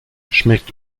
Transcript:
schmeckt